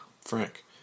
Frank